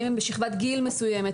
האם הם בשכבת גיל מסוימת,